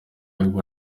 ariwe